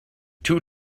two